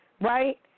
right